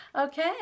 Okay